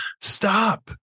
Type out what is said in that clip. stop